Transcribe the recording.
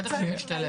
בטח שזה משתלב.